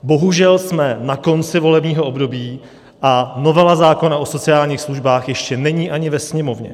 Bohužel jsme na konci volebního období, a novela zákona o sociálních službách ještě není ani ve Sněmovně.